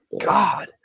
god